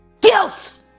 guilt